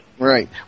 Right